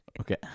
Okay